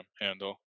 handle